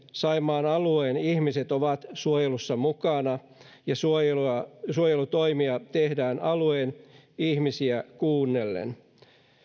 saimaan alueen ihmiset ovat suojelussa mukana ja suojelutoimia tehdään alueen ihmisiä kuunnellen